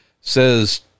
says